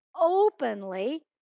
openly